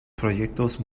proyectos